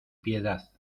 piedad